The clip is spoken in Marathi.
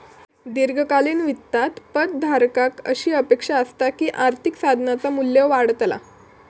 दीर्घकालीन वित्तात पद धारकाक अशी अपेक्षा असता की आर्थिक साधनाचा मू्ल्य वाढतला